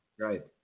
Right